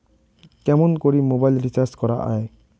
কেমন করে mobile recharge করা য়ায়?